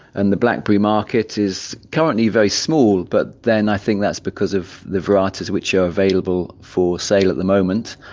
and the blackberry market is currently very small, but then i think that's because of the varieties which are available for sale at the moment.